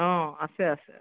অঁ আছে আছে